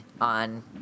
on